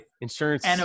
insurance